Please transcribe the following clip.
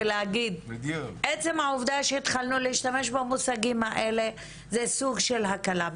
ולהגיד עצם העובדה שהתחלנו להשתמש במושגים האלה זה סוג של הקלה.